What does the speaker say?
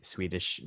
Swedish